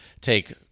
take